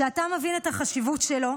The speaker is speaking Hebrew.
ואתה מבין את החשיבות שלו.